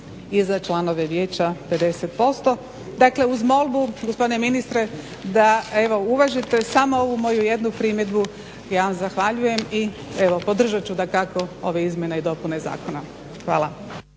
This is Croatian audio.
i za članove vijeća 50%. Dakle uz molbu, gospodine ministre, da evo uvažite samo ovu moju jednu primjedbu ja vam zahvaljujem i evo podržat ću dakako ove izmjene i dopune zakona. Hvala.